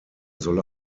solle